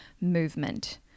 movement